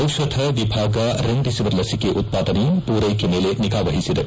ದಿಷಧ ವಿಭಾಗ ರೆಮಿಡಿಸಿವಿರ್ ಲಸಿಕೆ ಉತ್ಪಾದನೆ ಪೂರ್ಲೆಕೆ ಮೇಲೆ ನಿಗಾವಹಿಸಿದೆ